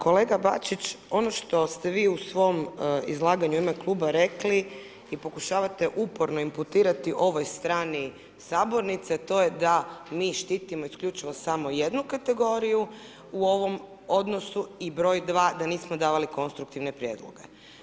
Kolega Bačić, ono što ste vi u svom izlaganju u ime kluba rekli i pokušavate uporno imputirati ovoj strani sabornici, a to je da mi štitimo isključivo samo jednu kategoriju u ovom odnosu i broj 2. da nismo davali konstruktivne prijedloge.